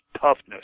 toughness